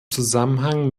zusammenhang